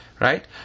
right